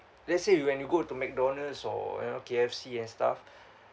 let's say you when you go to McDonald's or you know K_F_C and stuff